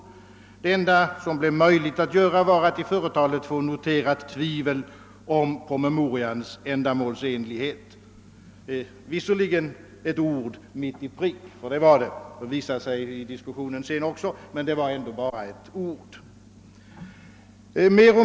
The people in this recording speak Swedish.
Det enda de kunde göra var emellertid att i företalet få noterat tvivel rörande promemorians ändamålsenlighet. Det var visserligen ett ord mitt i prick — det visade sig i den följande diskussionen — men det var ändå bara ett ord.